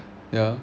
ya